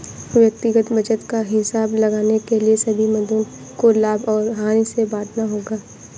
व्यक्तिगत बचत का हिसाब लगाने के लिए सभी मदों को लाभ और हानि में बांटना होगा